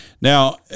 Now